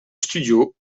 studios